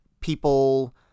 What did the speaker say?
People